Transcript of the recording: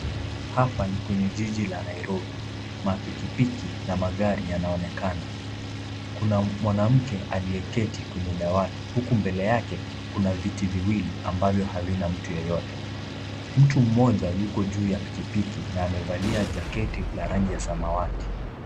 Hapa ni kwenye jiji la Nairobi. Mapikipiki na magari yanaonekana. Kuna mwanamke aliyeketi kwenye dawati huku mbele yake kuna viti viwili ambavyo havina mtu yeyote. Mtu mmoja yuko juu ya pikipiki na amevalia jaketi la rangi ya samawati.